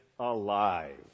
alive